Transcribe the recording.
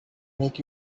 make